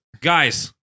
Guys